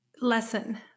lesson